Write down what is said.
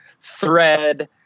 thread